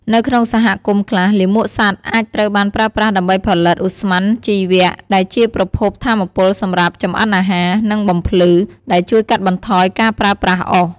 នៅក្នុងសហគមន៍ខ្លះ លាមកសត្វអាចត្រូវបានប្រើប្រាស់ដើម្បីផលិត ឧស្ម័នជីវៈ ដែលជាប្រភពថាមពលសម្រាប់ចម្អិនអាហារ និងបំភ្លឺ ដែលជួយកាត់បន្ថយការប្រើប្រាស់អុស។